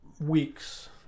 weeks